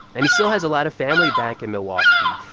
and he still has a lot of family back in milwaukee.